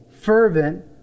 fervent